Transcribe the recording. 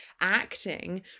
acting